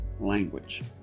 language